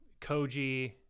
Koji